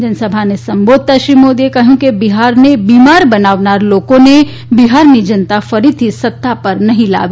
જનસભાને સંબોધતા શ્રી મોદીએ કહ્યું કે બિહારને બિમાર બનાવનાર લોકોને બિહારની જનતા ફરીથી સત્તા પર નહી લાવે